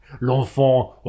L'Enfant